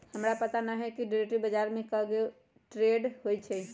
हमरा पता न हए कि डेरिवेटिव बजार में कै गो ट्रेड होई छई